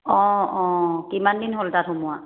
অঁ অঁ কিমান দিন হ'ল তাত সোমোৱা